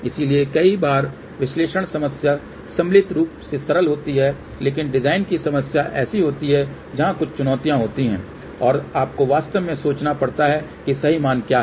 इसलिए कई बार विश्लेषण समस्या सम्मिलित रूप से सरल होती है लेकिन डिजाइन की समस्या ऐसी होती है जहां कुछ चुनौतियां होती हैं और आपको वास्तव में सोचना पड़ता है कि सही मान क्या है